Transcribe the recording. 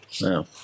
No